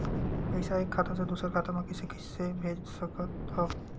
पईसा एक खाता से दुसर खाता मा कइसे कैसे भेज सकथव?